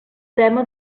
tema